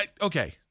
okay